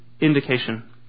indication